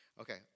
Okay